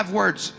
words